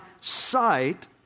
sight